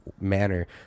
manner